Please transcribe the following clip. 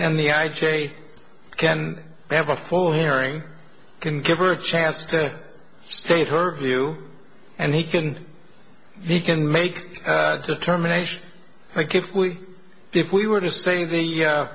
and the i j a can have a full hearing can give her a chance to state her view and he can he can make terminations like if we if we were just saying the